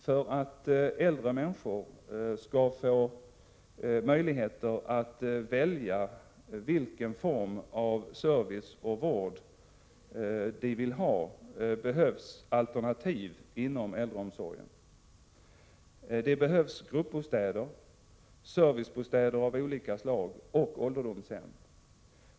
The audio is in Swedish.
För att äldre människor skall få möjligheter att välja vilken form av service och vård de vill ha behövs alternativ inom äldreomsorgen. Det behövs gruppbostäder, servicebostäder av olika slag och ålderdomshem.